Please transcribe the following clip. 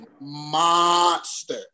monster